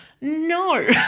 No